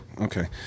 okay